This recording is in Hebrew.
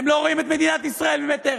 הם לא רואים את מדינת ישראל ממטר.